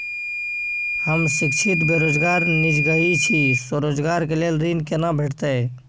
हम शिक्षित बेरोजगार निजगही छी, स्वरोजगार के लेल ऋण केना भेटतै?